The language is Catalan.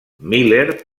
miller